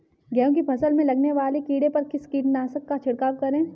गेहूँ की फसल में लगने वाले कीड़े पर किस कीटनाशक का छिड़काव करें?